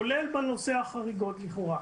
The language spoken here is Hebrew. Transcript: כולל בנושא החריגות לכאורה.